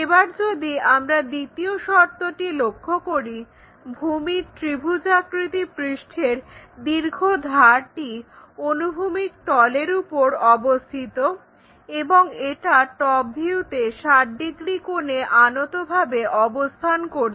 এবার যদি আমরা দ্বিতীয় শর্তটি লক্ষ্য করি ভূমির ত্রিভুজাকৃতি পৃষ্ঠের দীর্ঘ ধারটি অনুভূমিক তলের উপর অবস্থিত এবং এটা টপ ভিউতে 60° কোণে আনতভাবে অবস্থান করছে